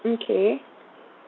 okay